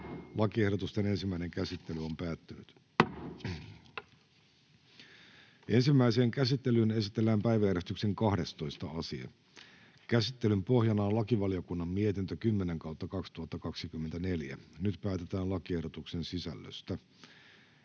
laeiksi Time: N/A Content: Ensimmäiseen käsittelyyn esitellään päiväjärjestyksen 13. asia. Käsittelyn pohjana on hallintovaliokunnan mietintö HaVM 25/2024 vp. Nyt päätetään lakiehdotusten sisällöstä.